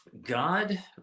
God